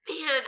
man